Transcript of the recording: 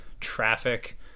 traffic